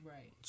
Right